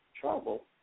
trouble